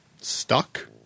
stuck